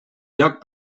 lloc